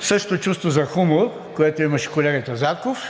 същото чувство за хумор, което имаше колегата Зарков,